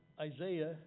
Isaiah